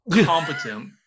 competent